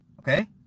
okay